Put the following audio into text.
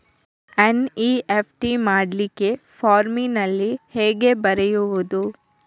NEFT ಮಾಡ್ಲಿಕ್ಕೆ ಫಾರ್ಮಿನಲ್ಲಿ ಹೇಗೆ ಬರೆಯುವುದು?